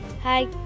Hi